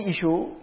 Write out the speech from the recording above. issue